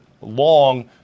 long